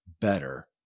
better